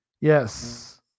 Yes